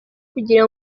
kugira